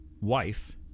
wife